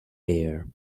air